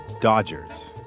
Dodgers